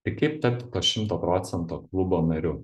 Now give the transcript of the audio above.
tai kaip tapti tuo šimto procentų klubo nariu